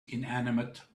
inanimate